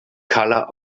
color